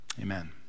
Amen